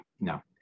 no